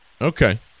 Okay